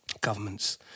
governments